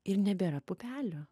ir nebėra pupelių